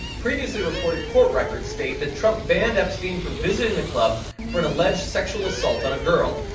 previously reported court records state that trump banned epstein from visiting the club for an alleged sexual assault on a girl.